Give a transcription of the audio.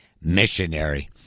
missionary